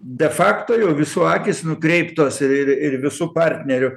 de facto jau visų akys nukreiptos ir ir visų partnerių